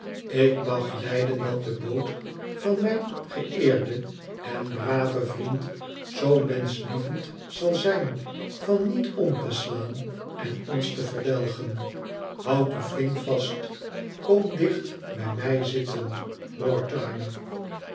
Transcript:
ik ma lijden dat de boot van mijn geëerden en braven vriend zoo menschhevend zal zijn van niet om te slaan en ons te verdelgen houd u flink vast kom dicht bij mij zitten